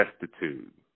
Destitute